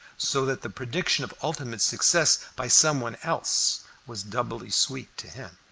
so that the prediction of ultimate success by some one else was doubly sweet to him.